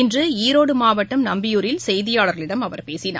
இன்று ஈரோடு மாவட்டம் நம்பியூரில் செய்தியாளர்களிடம் அவர் பேசினார்